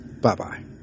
Bye-bye